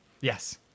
Yes